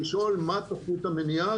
לשאול מה תוכנית המניעה,